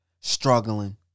struggling